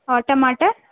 اور ٹماٹر